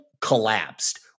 collapsed